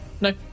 no